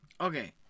Okay